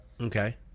Okay